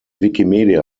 wikimedia